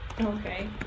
Okay